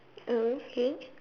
okay